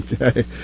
Okay